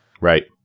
right